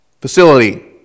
facility